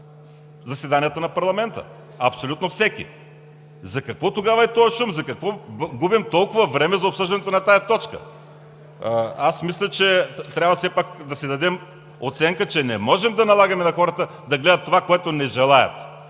заседанията на парламента, абсолютно всеки. За какво тогава е този шум? За какво губим толкова време за обсъждането на тази точка? Мисля, че все пак трябва да си дадем оценка, че не можем да налагаме на хората да гледат това, което не желаят.